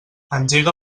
engega